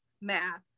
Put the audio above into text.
math